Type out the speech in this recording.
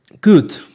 Good